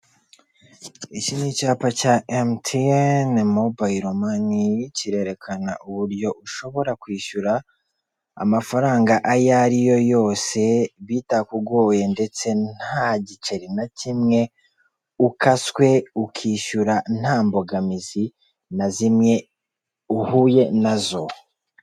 Iki ni icyapa cya emutiyene mobayiro mani kirerekana uburyo ushobora kwishyura amafaranga ayo ari yo yose bitakugoye ndetse nta giceri na kimwe ukaswe ukishyura nta mbogamizi na zimwe uhuye nazo.